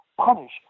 punish